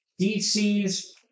DC's